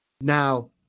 Now